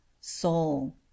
soul